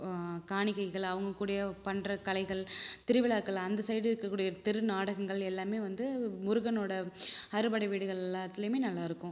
காணிக்கைகள் அவங்க கூடயே பண்ணுற கலைகள் திருவிழாக்கள் அந்த சைடு இருக்கக்கூடிய தெரு நாடகங்கள் எல்லாமே வந்து முருகனோடய அறுபடை வீடுகள் எல்லாத்திலையுமே நல்லாயிருக்கும்